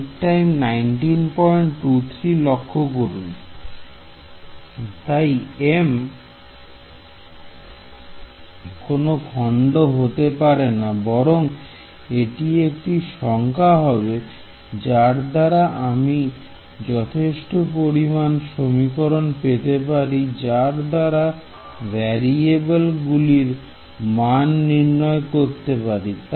Student তাই m কোন খন্ড হতে পারে না বরং এটি একটি সংখ্যা হবে যার দ্বারা আমি যথেষ্ট পরিমাণ সমীকরণ পেতে পারি যার দ্বারা ভ্যারিয়েবল গুলির মান নির্ণয় করতে পারি